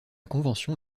convention